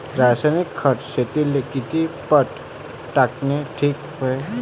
रासायनिक खत शेतीले किती पट टाकनं ठीक हाये?